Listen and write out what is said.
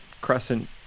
Crescent